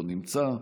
לא נמצא.